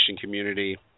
community